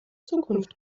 zukunft